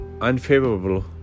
unfavorable